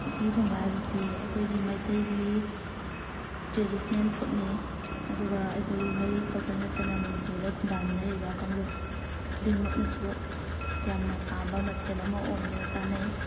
ꯎꯇꯤ ꯊꯣꯡꯕ ꯍꯥꯏꯕꯁꯤ ꯑꯩꯈꯣꯏꯒꯤ ꯃꯩꯇꯩꯒꯤ ꯇ꯭ꯔꯦꯗꯤꯁꯅꯦꯜ ꯐꯨꯗꯅꯤ ꯑꯗꯨꯒ ꯑꯩꯈꯣꯏ ꯃꯩꯇꯩ ꯈꯛꯇ ꯅꯠꯇꯅ ꯃꯅꯤꯄꯨꯔꯗ ꯈꯨꯟꯗꯥꯃꯤꯟꯅꯔꯤꯕ ꯀꯥꯡꯂꯨꯞ ꯈꯨꯗꯤꯡꯃꯛꯅꯁꯨ ꯌꯥꯝꯅ ꯄꯥꯝꯕ ꯃꯊꯦꯜ ꯑꯃ ꯑꯣꯏꯅ ꯆꯥꯅꯩ